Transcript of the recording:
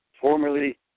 formerly